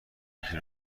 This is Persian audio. یکی